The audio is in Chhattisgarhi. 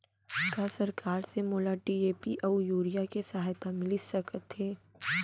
का सरकार से मोला डी.ए.पी अऊ यूरिया के सहायता मिलिस सकत हे?